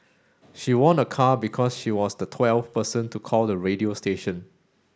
she won a car because she was the twelfth person to call the radio station